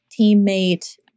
teammate